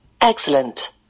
Excellent